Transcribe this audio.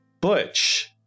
Butch